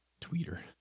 tweeter